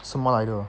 什么来的